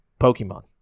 Pokemon